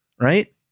right